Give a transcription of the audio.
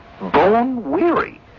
bone-weary